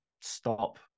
stop